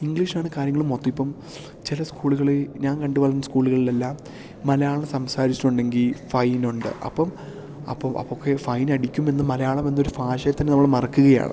ഇംഗ്ലീഷിലാണ് കാര്യങ്ങള് മൊത്തം ഇപ്പം ചില സ്കൂളുകളിൽ ഞാൻ കണ്ട് വളർന്ന സ്കൂളുകളിൽ എല്ലാം മലയാളം സംസാരിച്ചിട്ടുണ്ടെങ്കിൽ ഫൈൻ ഉണ്ട് അപ്പം അപ്പോൾ അപ്പൊക്കെ ഫൈനടിക്കുമെന്ന് മലയാളം എന്നൊരു ഭാഷയെ തന്നെ നമ്മള് മറക്കുകയാണ്